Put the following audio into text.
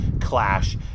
clash